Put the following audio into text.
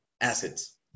assets